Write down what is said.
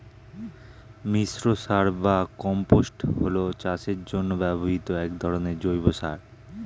মিশ্র সার বা কম্পোস্ট হল চাষের জন্য ব্যবহৃত এক ধরনের জৈব সার